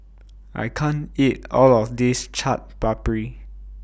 I can't eat All of This Chaat Papri